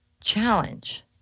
challenge